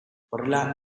horrela